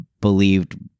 believed